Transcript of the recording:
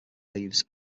leaves